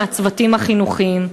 מהצוותים החינוכיים.